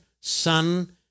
Son